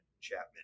chapman